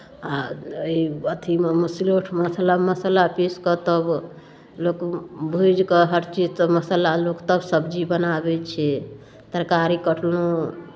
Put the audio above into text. आ एहि अथिमे मस सिलौटमे मसाला पीसि कऽ तब लोक भूजि कऽ हर चीज तब मसाला लोक तब सब्जी बनाबै छै तरकारी कटलहुँ